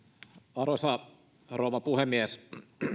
arvoisa rouva puhemies